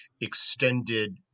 extended